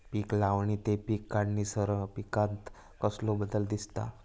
पीक लावणी ते पीक काढीसर पिकांत कसलो बदल दिसता?